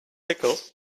pickles